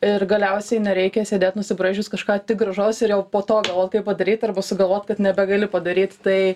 ir galiausiai nereikia sėdėt nusibraižius kažką tik gražaus ir jau po to galvot kaip padaryt arba sugalvot kad nebegali padaryt tai